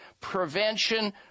Prevention